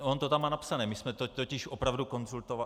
On to tam má napsané, my jsme to totiž opravdu konzultovali.